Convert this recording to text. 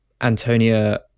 Antonia